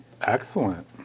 Excellent